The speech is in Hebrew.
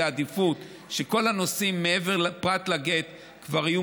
זו עדיפות שכל הנושאים פרט לגט כבר יהיו